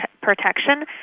protection